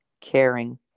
caring